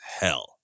hell